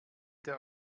der